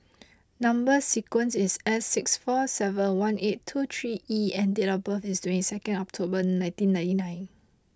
number sequence is S six four seven one eight two three E and date of birth is twenty second October nineteen ninety nine